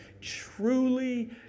truly